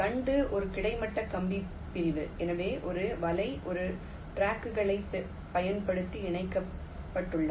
தண்டு ஒரு கிடைமட்ட கம்பி பிரிவு எனவே ஒரு வலை பல டிரங்க்களைப் பயன்படுத்தி இணைக்கப்பட்டுள்ளது